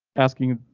asking,